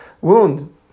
wound